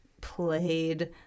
played